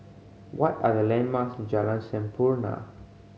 what are the landmarks Jalan Sampurna